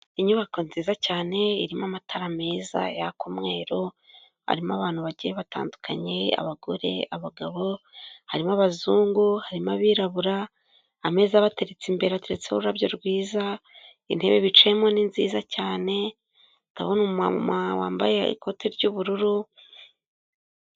Inyubako nziza cyane, irimo amatara meza yaka umweru, harimo abantu bagiye batandukanye: abagore, abagabo, harimo abazungu, harimo abirabura, ameza abateretse imbere ateretseho ururabyo rwiza, intebe bicayemo ni nziza cyane, ndabona wambaye wambaye ikote ry'ubururu.